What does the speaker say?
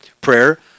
Prayer